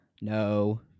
No